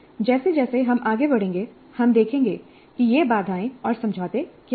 जैसे जैसे हम आगे बढ़ेंगे हम देखेंगे कि ये बाधाएं और समझौते क्या हैं